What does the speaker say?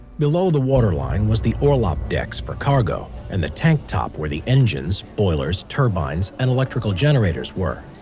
below the water line was the orlop decks for cargo and the tank top where the engines, boilers, turbines, and electrical generators were.